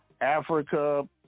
Africa